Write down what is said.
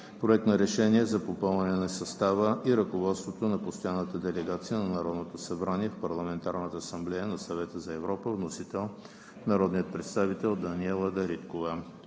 Проект на решение за попълване на състава и ръководството на постоянната делегация на Народното събрание в Парламентарната асамблея на Съвета на Европа. Вносител – народният представител Даниела Дариткова.